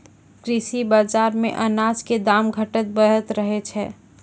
कृषि बाजार मॅ अनाज के दाम घटतॅ बढ़तॅ रहै छै